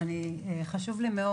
אבל חשוב לי מאוד.